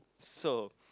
so